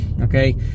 okay